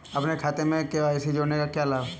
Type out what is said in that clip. अपने खाते में के.वाई.सी जोड़ने का क्या लाभ है?